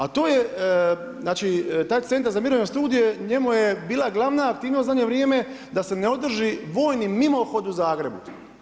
A to je znači, taj Centar za mirovne studije, njemu je bila glavna aktivnost u zadnje vrijeme, da se ne održi vojni mimohod u Zagrebu.